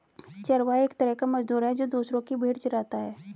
चरवाहा एक तरह का मजदूर है, जो दूसरो की भेंड़ चराता है